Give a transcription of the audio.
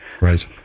Right